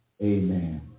Amen